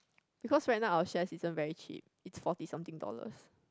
because right now our shares isn't very cheap it's forty something dollars